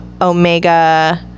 Omega